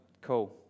cool